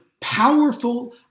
powerful